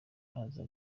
nkaza